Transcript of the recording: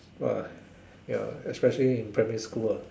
!wah! ya especially in primary school ah